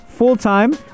full-time